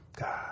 god